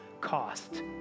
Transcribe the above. cost